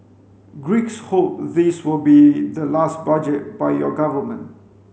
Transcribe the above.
Greeks hope this will be the last budget by your government